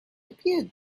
appeared